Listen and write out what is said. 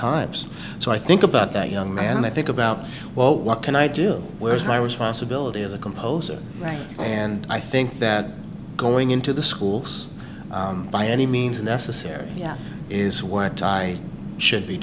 times so i think about that young man i think about well what can i do where is my responsibility as a composer right and i think that going into the schools by any means necessary yeah is what i should be